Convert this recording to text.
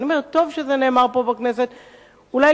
אני אומרת, טוב שזה נאמר פה בכנסת.